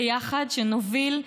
ביחד, שנוביל.